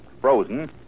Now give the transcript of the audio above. frozen